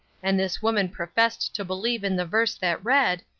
and this woman professed to believe in the verse that read,